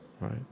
right